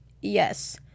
yes